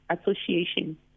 association